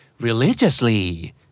Religiously